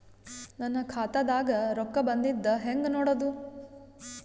ನನ್ನ ಖಾತಾದಾಗ ರೊಕ್ಕ ಬಂದಿದ್ದ ಹೆಂಗ್ ನೋಡದು?